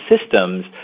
systems